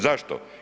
Zašto?